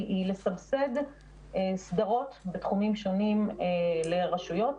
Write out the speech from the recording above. לסבסד סדרות בתחומים שונים לרשויות.